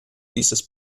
dieses